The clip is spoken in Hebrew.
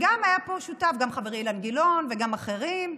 היו שותפים לה גם חברי אילן גילאון וגם אחרים,